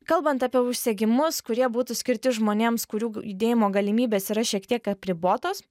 kalbant apie užsegimus kurie būtų skirti žmonėms kurių judėjimo galimybės yra šiek tiek apribotos